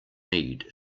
need